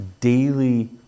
daily